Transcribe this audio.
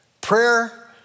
Prayer